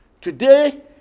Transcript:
Today